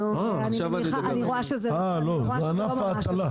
ואני רואה שזה לא מה שקרה.